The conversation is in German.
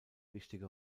wichtige